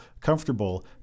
comfortable